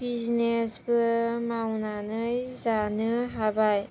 बिजनेसबो मावनानै जानो हाबाय